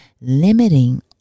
limiting